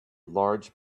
large